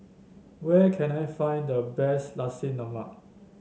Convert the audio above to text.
where can I find the best Nasi Lemak